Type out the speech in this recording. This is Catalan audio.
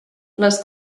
les